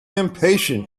impatient